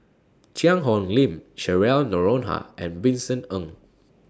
Cheang Hong Lim Cheryl Noronha and Vincent Ng